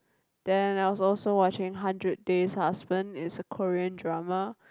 then I was also watching Hundred Days Husband is a Korean drama